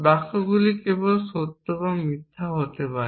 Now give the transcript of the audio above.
বাক্যগুলি কেবল সত্য বা মিথ্যা হতে পারে